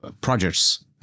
projects